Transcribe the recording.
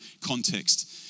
context